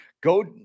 go